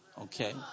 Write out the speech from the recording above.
Okay